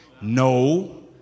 No